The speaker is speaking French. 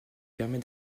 permet